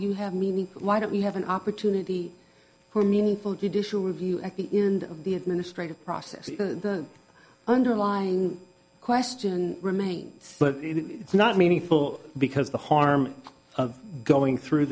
you have me why don't you have an opportunity for meaningful edition review at the end of the administrative process the underlying question remains but it's not meaningful because the harm of going through